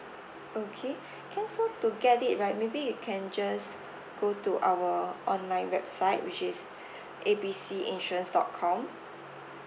okay okay so to get it right maybe you can just go to our online website which is A B C insurance dot com